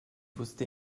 wusste